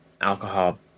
alcohol